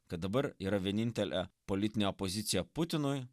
kad dabar yra vienintelė politinė opozicija putinui